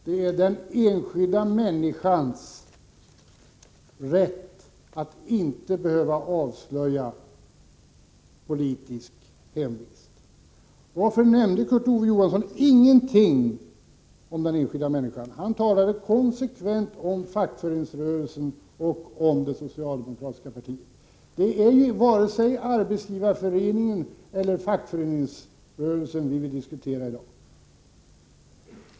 Det handlar om den enskilda människans rätt att inte behöva avslöja politisk hemvist. Varför nämnde Kurt Ove Johansson ingenting om den enskilda människan? Han talade konsekvent om fackföreningsrörelsen och om det socialdemokratiska partiet. Men det är ju varken Arbetsgivareföreningen eller fackföreningsrörelsen som vi vill diskutera i dag.